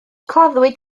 claddwyd